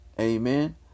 Amen